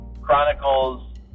chronicles